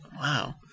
Wow